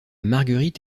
marguerite